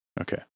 Okay